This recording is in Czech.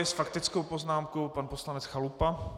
S faktickou poznámkou pan poslanec Chalupa.